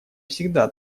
всегда